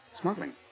Smuggling